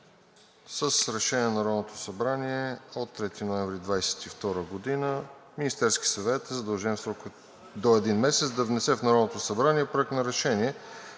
С Решение на Народното събрание от 3 ноември 2022 г. Министерският съвет е задължен в срок до един месец да внесе в Народното събрание Проект на решение